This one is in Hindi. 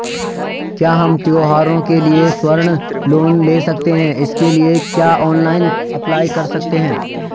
क्या हम त्यौहारों के लिए स्वर्ण लोन ले सकते हैं इसके लिए क्या ऑनलाइन अप्लाई कर सकते हैं?